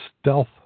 stealth